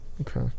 okay